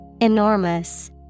Enormous